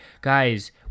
guys